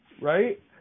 Right